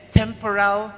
temporal